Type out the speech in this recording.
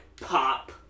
pop